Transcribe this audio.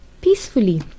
peacefully